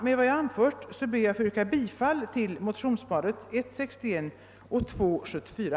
Med vad jag anfört ber jag att få yrka bifall till motionsparet I: 61 och II: 74.